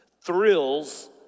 Thrills